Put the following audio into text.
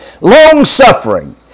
Long-suffering